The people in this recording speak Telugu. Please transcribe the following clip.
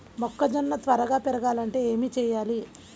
మొక్కజోన్న త్వరగా పెరగాలంటే ఏమి చెయ్యాలి?